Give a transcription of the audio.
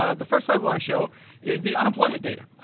ah the first i want to show is the unemployment data.